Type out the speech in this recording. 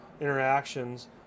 interactions